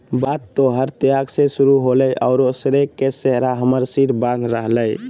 बात तोहर त्याग से शुरू होलय औरो श्रेय के सेहरा हमर सिर बांध रहलय